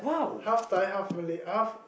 half Thai half Malay half